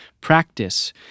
practice